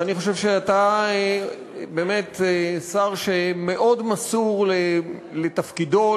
ואני חושב שאתה באמת שר שמאוד מסור לתפקידו,